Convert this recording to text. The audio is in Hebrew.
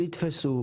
שנתפסו,